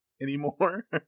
anymore